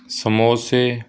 ਸਮੋਸੇ